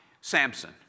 Samson